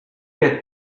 get